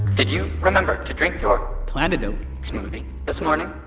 did you remember to drink your plantidote smoothie this morning?